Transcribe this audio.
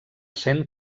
sent